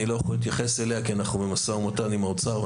אני לא יכול להתייחס אליה כי אנחנו במשא ומתן עם האוצר,